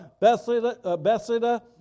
Bethsaida